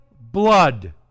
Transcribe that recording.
blood